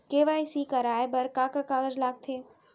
KYC कराये बर का का कागज लागथे?